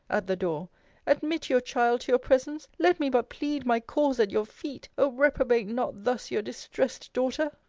at the door admit your child to your presence let me but plead my cause at your feet oh! reprobate not thus your distressed daughter!